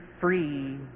free